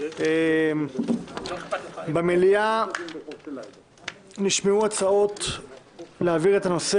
במליאה נשמעו הצעות להעביר את הנושא